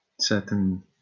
Certain